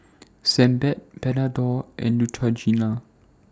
Sebamed Panadol and Neutrogena